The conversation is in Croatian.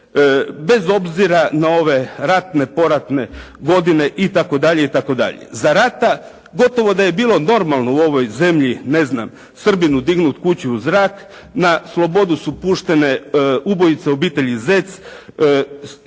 bez obzira na ove ratne poratne godine itd. itd. Za rata gotovo da je bilo normalno u ovoj zemlji, ne znam Srbinu dignut kuću u zrak na slobodu su puštene ubojice obitelji Zec.